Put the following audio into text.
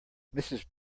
mrs